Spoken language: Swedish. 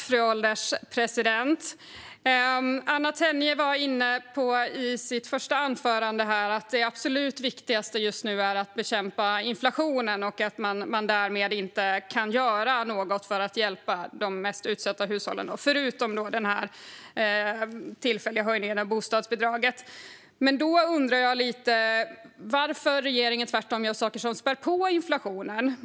Fru ålderspresident! Anna Tenje nämnde i sitt anförande att det absolut viktigaste just nu är att bekämpa inflationen. Därmed kan man inte göra något för att hjälpa de mest utsatta hushållen, förutom den tillfälliga höjningen av bostadsbidraget. Varför gör då regeringen tvärtom saker som spär på inflationen?